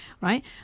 right